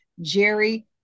Jerry